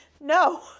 No